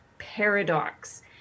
paradox